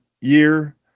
year